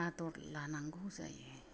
आदर लानांगौ जायो